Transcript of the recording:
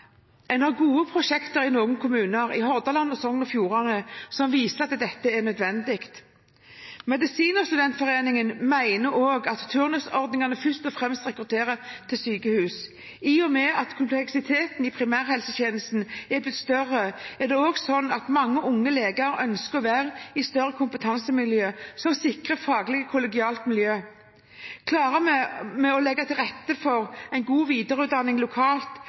En har gode prosjekter i noen kommuner i Hordaland og i Sogn og Fjordane som viser at dette er nødvendig. Medisinstudentforeningen mener også at turnusordningen først og fremst rekrutterer til sykehus. I og med at kompleksiteten i primærhelsetjenesten har blitt større, er det også slik at mange unge leger ønsker å være i et større kompetansemiljø, som sikrer et faglig og kollegialt miljø. Klarer vi å legge til rette for en god videreutdanning lokalt,